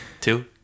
two